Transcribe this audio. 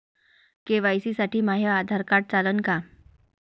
KYC साठी माह्य Aadhaar card चालन का?